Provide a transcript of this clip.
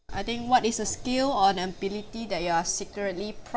I think what is a skill or ability that you are secretly